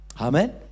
Amen